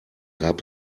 gab